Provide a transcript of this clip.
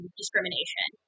discrimination